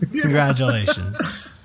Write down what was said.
Congratulations